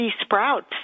sprouts